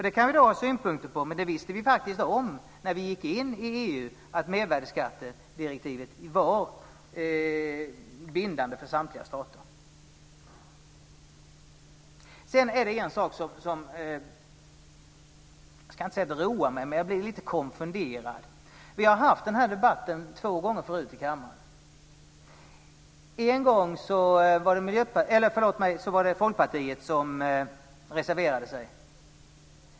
Det kan vi ha synpunkter på, men vi visste faktiskt om att mervärdesskattedirektivet var bindande för samtliga stater när vi gick in i EU. Jag ska inte säga att en viss sak roar mig, men jag blir lite konfunderad. Vi har haft denna debatt två gånger förut i kammaren. En gång var det Folkpartiet som reserverade sig.